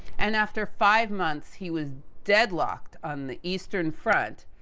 and after five months, he was deadlocked on the eastern front,